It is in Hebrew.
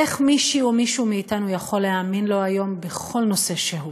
איך מישהי או מישהו מאתנו יכול להאמין לו היום בכל נושא שהוא?